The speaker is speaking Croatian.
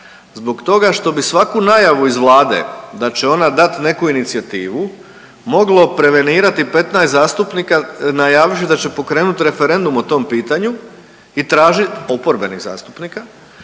zbog toga što bi svaku najavu iz Vlade da će ona dati neku inicijativu moglo prevenirati 15 zastupnika najavivši da će pokrenuti referendum o tom pitanju i tražiti, oporbeni zastupnika,